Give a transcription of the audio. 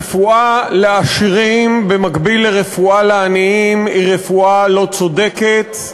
רפואה לעשירים במקביל לרפואה לעניים היא רפואה לא צודקת.